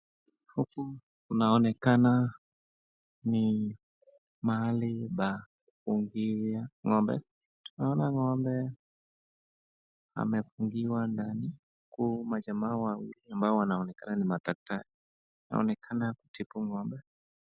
Huku inaonekana ni mahali pa kufungia ngo'mbe, tunaona ngo'mbe amefungiwa ndani, huku majaa wawili ambao wanaonekana ni madaktari wanaonekana kutibu ngo'mbe.